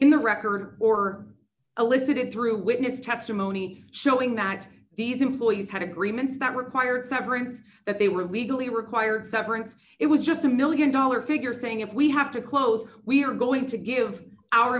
in the record or elicited through witness testimony showing that these employees had agreements that required severance that they were legally required severance it was just a one million dollar figure saying if we have to close we are going to give our